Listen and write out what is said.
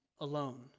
alone